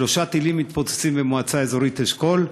שלושה טילים מתפוצצים במועצה אזורית אשכול.